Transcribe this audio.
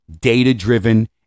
data-driven